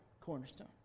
Cornerstone